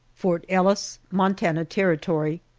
fort ellis, montana territory,